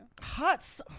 Hot